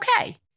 okay